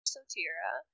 Sotira